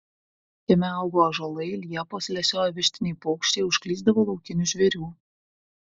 kieme augo ąžuolai liepos lesiojo vištiniai paukščiai užklysdavo laukinių žvėrių